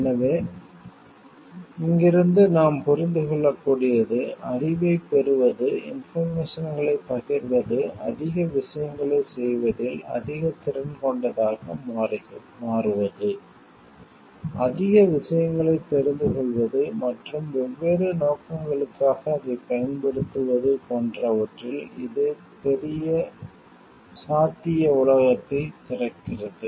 எனவே இங்கிருந்து நாம் புரிந்து கொள்ளக்கூடியது அறிவைப் பெறுவது இன்போர்மேசன்களைப் பகிர்வது அதிக விஷயங்களைச் செய்வதில் அதிக திறன் கொண்டதாக மாறுவது அதிக விஷயங்களைத் தெரிந்துகொள்வது மற்றும் வெவ்வேறு நோக்கங்களுக்காக அதைப் பயன்படுத்துவது போன்றவற்றில் இது ஒரு பெரிய சாத்திய உலகத்தைத் திறக்கிறது